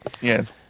Yes